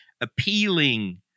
appealing